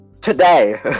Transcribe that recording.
today